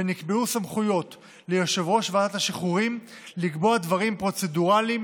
ונקבעו סמכויות ליושב-ראש ועדת השחרורים לקבוע דברים פרוצדורליים